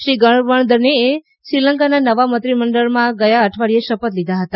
શ્રી ગણવર્દનેએ શ્રીલંકાના નવા મંત્રીમંડળમાં ગયા અઠવાડિયે શપથ લીધા હતા